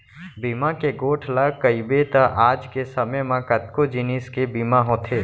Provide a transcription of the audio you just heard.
बीमा के गोठ ल कइबे त आज के समे म कतको जिनिस के बीमा होथे